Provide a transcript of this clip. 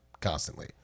constantly